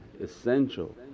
essential